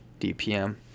DPM